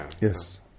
Yes